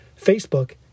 Facebook